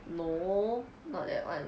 no not that one